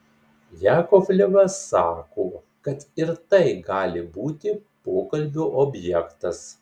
jakovlevas sako kad ir tai gali būti pokalbio objektas